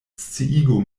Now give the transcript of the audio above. sciigu